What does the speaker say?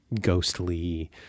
ghostly